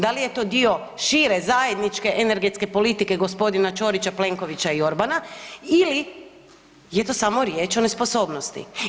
Da li je to dio šire zajedničke energetske politike g. Ćorića, Plenkovića i Orbana ili je to samo riječ o nesposobnosti?